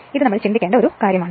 ഇത് ചിന്തിക്കേണ്ട ഒരു ചോദ്യമാണ്